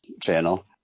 channel